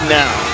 now